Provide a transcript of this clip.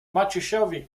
maciusiowi